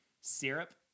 syrup